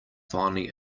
finally